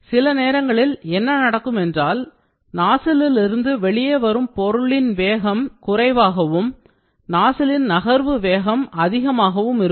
சில நேரங்களில் என்ன நடக்கும் என்றால் நாசிலில் இருந்து வெளியே வரும் பொருளின் வேகம் குறைவாகவும் நாசிலின் நகர்வு வேகம் அதிகமாகவும் இருக்கும்